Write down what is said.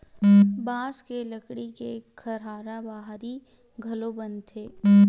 बांस के लकड़ी के खरहारा बाहरी घलोक बनथे